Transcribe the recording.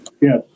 Yes